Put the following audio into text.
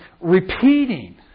repeating